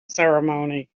ceremony